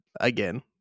Again